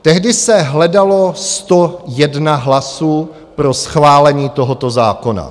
Tehdy se hledalo 101 hlasů pro schválení tohoto zákona.